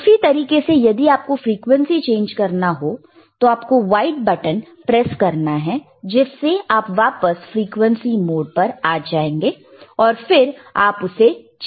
उसी तरीके से यदि आपको फ्रीक्वेंसी चेंज करना हो तो आपको वाइट बटन प्रेस करना है जिससे आप वापस फ्रीक्वेंसी मोड़ पर आ जाएंगे और फिर आप उसे चेंज कर सकते